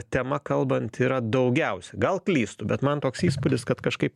tema kalbant yra daugiausia gal klystu bet man toks įspūdis kad kažkaip